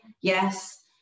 yes